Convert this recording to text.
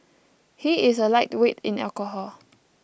he is a lightweight in alcohol